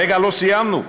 רגע, לא סיימנו.